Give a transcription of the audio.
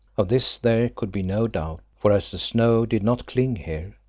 of this there could be no doubt, for as the snow did not cling here,